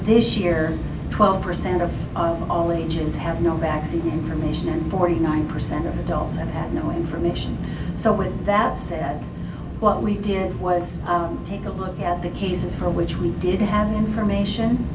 this year twelve percent of all ages have no vaccine permission forty nine percent of adults have had no information so with that said what we did was take a look at the cases for which we did have information